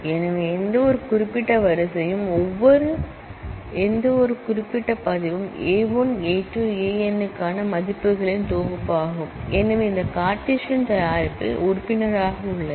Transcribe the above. எனவே எந்தவொரு குறிப்பிட்ட வரிசையும் எந்தவொரு குறிப்பிட்ட பதிவும் A 1 A 2 A n க்கான மதிப்புகளின் செட் ஆகும் எனவே இந்த கார்ட்டீசியன் ப்ராடக்ட்டில் மெம்பராக உள்ளது